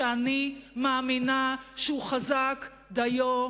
שאני מאמינה שהוא חזק דיו,